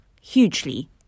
hugely